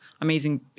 amazing